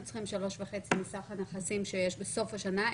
צריכים 3.5 מסך הנכסים שיש בסוף השנה,